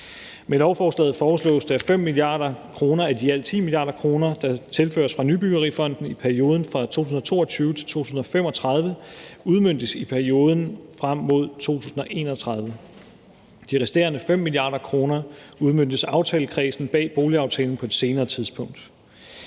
Med lovforslaget foreslås det, at 5 mia. kr. af i alt 10 mia. kr., der tilføres fra Nybyggerifonden i perioden fra 2022 til 2035, udmøntes i perioden frem mod 2031. De resterende 5 mia. kr. udmøntes af aftalekredsen bag boligaftalen på et senere tidspunkt.